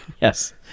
Yes